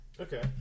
Okay